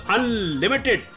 Unlimited